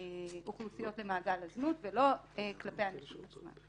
אוכלוסיות למעגל הזנות ולא כלפי הנשים עצמן.